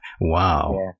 Wow